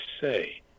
say